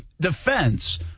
defense